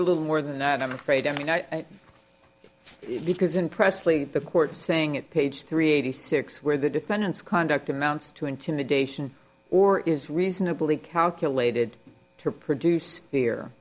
a little more than that i'm afraid i mean i because in pressley the court saying it page three eighty six where the defendants conduct amounts to intimidation or is reasonably calculated to produce